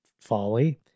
folly